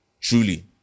Truly